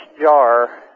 jar